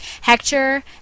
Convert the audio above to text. Hector